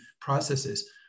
processes